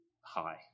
high